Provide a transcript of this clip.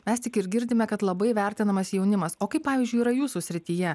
mes tik ir girdime kad labai vertinamas jaunimas o kaip pavyzdžiui yra jūsų srityje